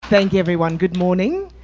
thank you everyone. good morning.